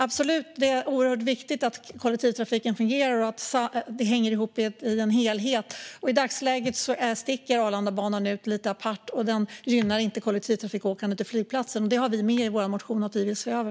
Absolut, det är oerhört viktigt att kollektivtrafiken fungerar och hänger ihop i en helhet. I dagsläget sticker Arlandabanan ut. Den är lite apart, och den gynnar inte kollektivtrafikåkandet till flygplatsen. Det har vi med i vår motion att vi vill se över.